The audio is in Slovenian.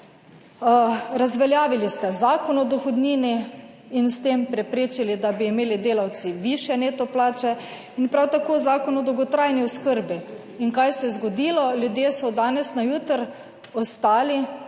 razveljavili ste Zakon o dohodnini in s tem preprečili, da bi imeli delavci višje neto plače in prav tako Zakon o dolgotrajni oskrbi in kaj se je zgodilo? Ljudje so iz danes na jutri ostali